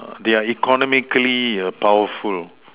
they are economically err powerful